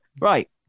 Right